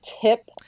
tip